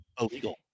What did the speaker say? illegal